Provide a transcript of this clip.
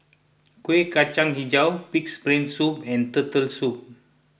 Kueh Kacang HiJau Pig's Brain Soup and Turtle Soup